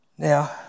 Now